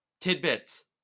tidbits